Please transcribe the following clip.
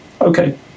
Okay